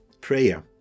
prayer